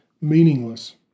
meaningless